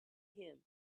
him